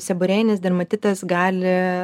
seborėjinis dermatitas gali